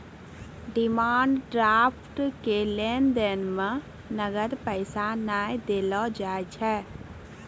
demand draft के लेन देन मे नगद पैसा नै देलो जाय छै